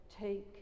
take